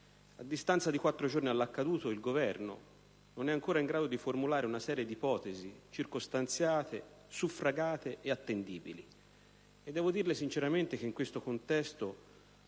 A distanza di quattro giorni dall'accaduto, il Governo non è ancora in grado di formulare una serie di ipotesi circostanziate, suffragate e attendibili, e devo dirle sinceramente che in questo contesto